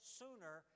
sooner